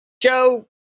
Joe